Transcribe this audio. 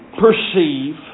perceive